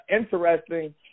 interesting